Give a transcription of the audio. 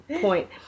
point